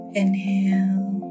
inhale